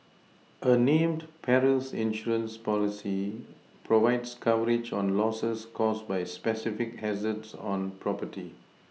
a named perils insurance policy provides coverage on Losses caused by specific hazards on property